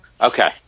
Okay